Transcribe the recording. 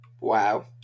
wow